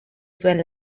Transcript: zuen